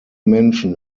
menschen